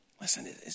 Listen